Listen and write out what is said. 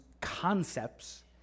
concepts